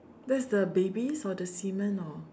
that's the babies or the semen or